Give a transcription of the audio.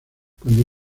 cuando